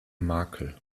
makel